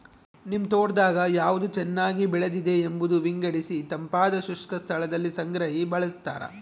ನಿಮ್ ತೋಟದಾಗ ಯಾವ್ದು ಚೆನ್ನಾಗಿ ಬೆಳೆದಿದೆ ಎಂಬುದ ವಿಂಗಡಿಸಿತಂಪಾದ ಶುಷ್ಕ ಸ್ಥಳದಲ್ಲಿ ಸಂಗ್ರಹಿ ಬಳಸ್ತಾರ